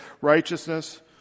righteousness